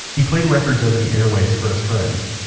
he played records over the airwaves for his friends.